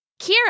Kira